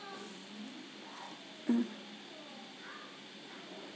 mm